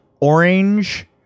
orange